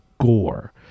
Gore